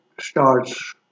starts